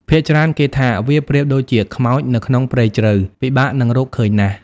ភាគច្រើនគេថា វាប្រៀបដូចជា "ខ្មោច" នៅក្នុងព្រៃជ្រៅ ពិបាកនឹងរកឃើញណាស់។